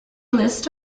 list